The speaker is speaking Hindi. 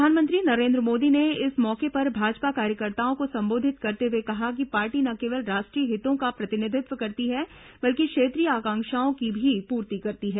प्रधानमंत्री नरेन्द्र मोदी ने इस मौके पर भाजपा कार्यकर्ताओं को संबोधित करते हुए कहा कि पार्टी न केवल राष्ट्रीय हितों का प्रतिनिधित्व करती है बल्कि क्षेत्रीय आकांक्षाओं की भी पूर्ति करती है